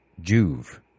Juve